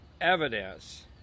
evidence